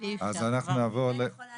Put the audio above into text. אני יכולה